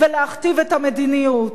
ולהכתיב את המדיניות.